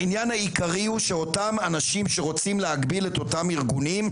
העניין העיקרי הוא שאותם אנשים שרוצים להגביל את אותם ארגונים,